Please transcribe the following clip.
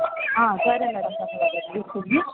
ಆಂ ಸರಿ ಮೇಡಮ್